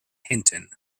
hinton